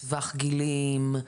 טווח גילאים,